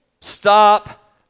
Stop